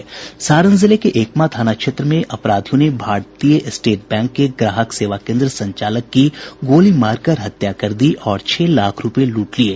सारण जिले के एकमा थाना क्षेत्र में अपराधियों ने भारतीय स्टेट बैंक के ग्राहक सेवा केन्द्र संचालक की गोली मारकर हत्या कर दी और छह लाख रूपये लूट लिये